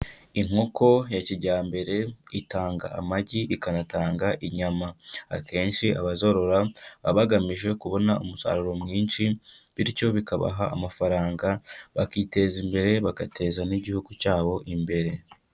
Inkoko ya kijyambere itanga amagi ikanatanga inyama. Akenshi abazorora, baba bagamije kubona umusaruro mwinshi bityo bikabaha amafaranga, bakiteza imbere, bagateza n'igihugu cyabo imbere.